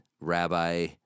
Rabbi